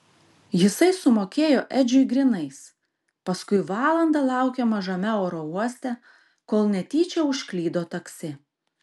jisai sumokėjo edžiui grynais paskui valandą laukė mažame oro uoste kol netyčia užklydo taksi